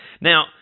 Now